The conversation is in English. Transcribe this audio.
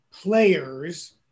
players